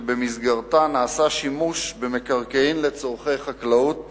שבמסגרתה נעשה שימוש במקרקעין לצורכי חקלאות